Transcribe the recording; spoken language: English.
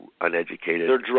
uneducated